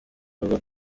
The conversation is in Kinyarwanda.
bavuga